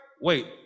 wait